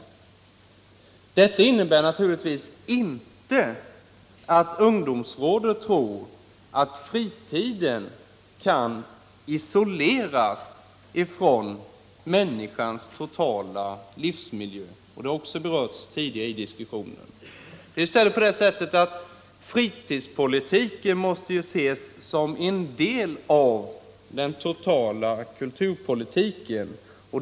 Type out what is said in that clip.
Detta innebär naturligtvis inte att ungdomsrådet tror att fritiden kan isoleras från människans totala livsmiljö. Också det har tidigare berörts i denna diskussion. Fritidspolitiken måste i stället ses som en del av den totala kulturpolitiken.